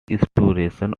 restoration